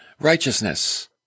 righteousness